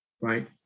right